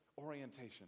orientation